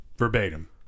Verbatim